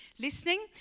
listening